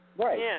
Right